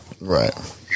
Right